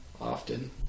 often